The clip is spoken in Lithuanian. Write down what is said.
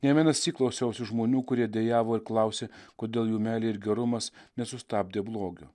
nei vienąsyk klausiausi žmonių kurie dejavo ir klausė kodėl jų meilė ir gerumas nesustabdė blogio